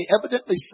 evidently